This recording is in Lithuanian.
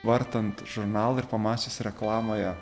vartant žurnalą ir pamačius reklamoje